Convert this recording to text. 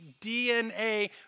DNA